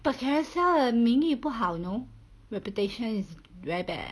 but Carousell 的名誉不好 you know reputation is very bad leh